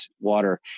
water